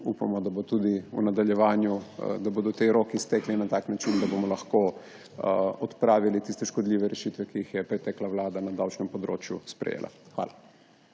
Upamo, da bodo v nadaljevanju ti roki stekli na tak način, da bomo lahko odpravili tiste škodljive rešitve, ki jih je pretekla vlada na davčnem področju sprejela. Hvala.